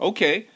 Okay